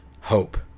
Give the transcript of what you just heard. hope